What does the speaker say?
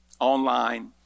online